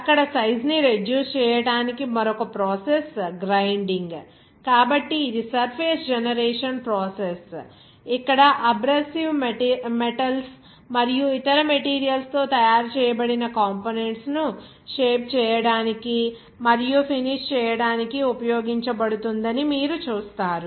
అక్కడ సైజ్ ని రెడ్యూస్ చేయడానికి మరొక ప్రాసెస్ గ్రైండింగ్ కాబట్టి ఇది సర్ఫేస్ జనరేషన్ ప్రాసెస్ ఇక్కడ అబ్రాసీవ్ మెటల్స్ మరియు ఇతర మెటీరియల్స్ తో తయారు చేయబడిన కంపోనెంట్స్ ను షేప్ చేయడానికి మరియు ఫినిష్ చేయడానికి ఉపయోగించబడుతుందని మీరు చూస్తారు